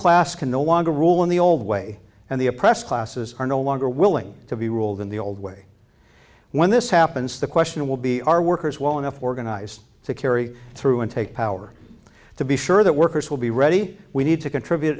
class can no longer rule in the old way and the oppressed classes are no longer willing to be ruled in the old way when this happens the question will be our workers well enough organized to carry through and take power to be sure that workers will be ready we need to contribute